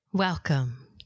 Welcome